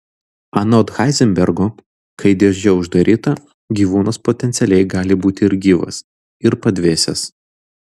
anot heizenbergo kai dėžė uždaryta gyvūnas potencialiai gali būti ir gyvas ir padvėsęs